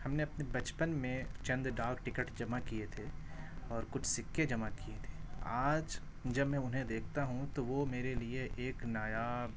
ہم نے اپنے بچپن میں چند ڈاک ٹکٹ جمع کیے تھے اور کچھ سکے جمع کیے تھے آج جب میں انہیں دیکھتا ہوں تو وہ میرے لیے ایک نایاب